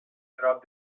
trat